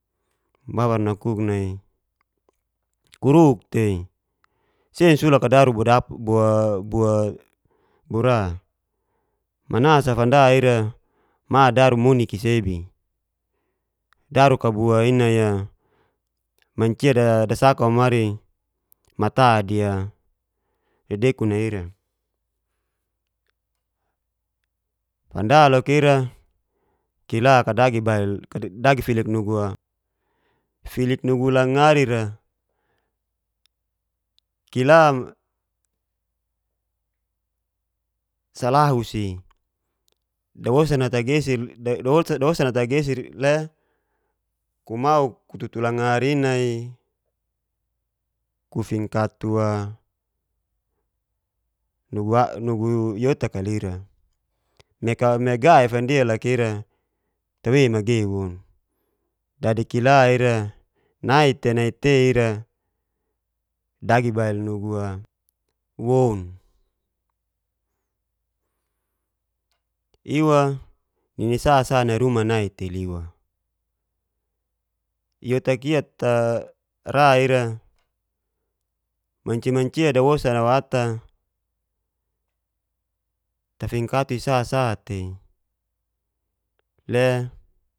nakuk nai, kuruk tei sei nasulak kau daru buara-buara mana sa fand ira ma daru munik i'sebi daru kau bua i'nai'a mancia dasaka womari matadia dedekun ni ira, fanda loka ira kila kadagi bail filik nugu langarir'a, kila salahu si dawosa nata geser le kumau kututu langari'i nai kufingkatu'a nugu iotak'a lira me ga'i fandia loka ira tawei magei woun, dadi kila ira nai te nai tei ira dagi bail nugu'a woun iwa nini sa sa nai ruma naitei liwa iotak ia ra ira mancia- mancia dawosa nawata tafingkatu'i sa sa tei le.